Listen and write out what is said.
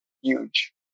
Huge